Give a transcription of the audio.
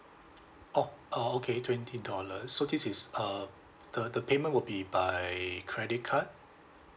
oh oh okay twenty dollar so this is uh the the payment will be by credit card